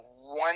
one